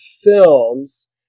films